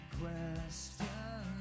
question